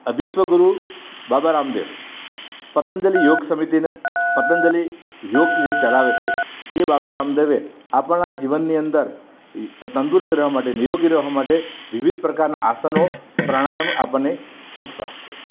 અભિશ્વ ગુરુ બાબા રામદેવ પતંજલિ યોગ સમિતિને પતંજલિ યોગ જે ચલાવે છે એ બાબા રામદેવે આપણા જીવનની અંદર તંદુરસ્ત રહેવા માટે નિરોગી રહેવા માટે વિવિધ પ્રકારના આસનો પ્રાણાયામ આપણને શીખવ્યા છે